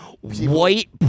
white